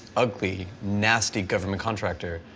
ugly. nasty government contractor